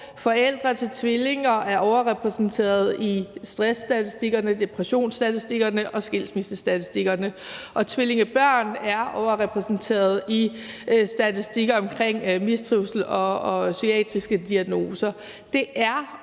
i stressstatistikkerne, depressionsstatistikkerne og skilsmissestatistikkerne, og tvillingebørn er overrepræsenteret i statistikker om mistrivsel og psykiatriske diagnoser.